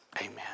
amen